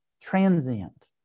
transient